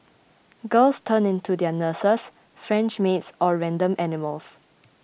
girls turn into their nurses French maids or random animals